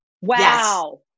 Wow